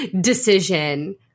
decision